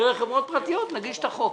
דרך חברות פרטיות נגיש את החוק.